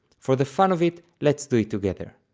for the fun of it let's do it together